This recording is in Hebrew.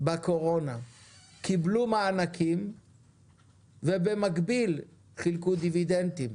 בקורונה קיבלו מענקים ובמקביל חילקו דיבידנדים?